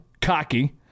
cocky